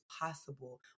possible